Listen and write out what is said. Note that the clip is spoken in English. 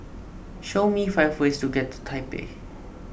show me five ways to get to Taipei